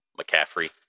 McCaffrey